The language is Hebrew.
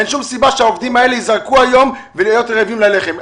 אין שום סיבה שהעובדים האלה ייזרקו היום ויהיו רעבים ללחם.